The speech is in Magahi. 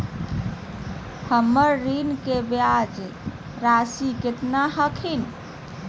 हमर ऋण के ब्याज रासी केतना हखिन?